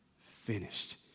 finished